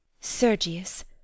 Sergius